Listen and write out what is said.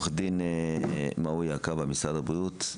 עוה"ד מועאוויה כבהה ממשרד הבריאות,